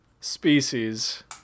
species